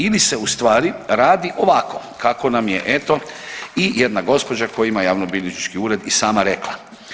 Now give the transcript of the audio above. Ili se u stvari radi ovako kako nam je eto i jedna gospođa koja ima javnobilježnički ured i sama rekla.